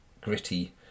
gritty